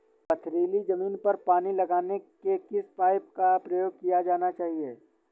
पथरीली ज़मीन पर पानी लगाने के किस पाइप का प्रयोग किया जाना चाहिए?